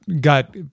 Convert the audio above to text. got